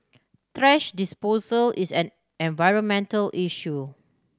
thrash disposal is an environmental issue